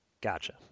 Gotcha